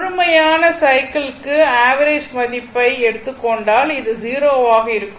முழுமையான சைக்கிள் க்கு ஆவரேஜ் மதிப்பை எடுத்துக் கொண்டால் அது 0 ஆக இருக்கும்